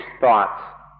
thoughts